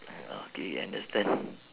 ah okay understand